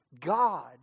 God